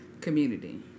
community